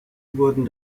wurden